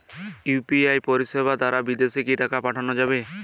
UPI পরিষেবা দারা বিদেশে কি টাকা পাঠানো যাবে?